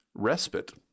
respite